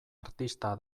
artista